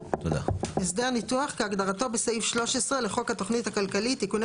"הסדר ניתוח" - כהגדרתו בסעיף 13 לחוק התוכנית הכלכלית (תיקוני